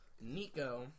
Nico